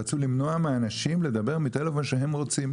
רצו למנוע מאנשים לדבר מטלפון שהם רוצים,